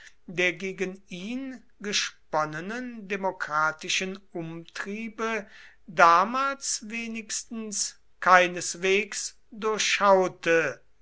der gegen ihn gesponnenen demokratischen umtriebe damals wenigstens keineswegs durchschaute